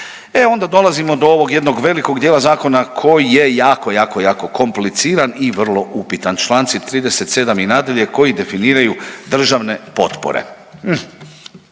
onda dolazimo do ovog jednog velikog dijela zakona koji je jako, jako, jako kompliciran i vrlo upitan, čl. 37. i nadalje koji definiraju državne potpore.